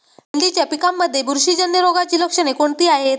भेंडीच्या पिकांमध्ये बुरशीजन्य रोगाची लक्षणे कोणती आहेत?